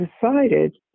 decided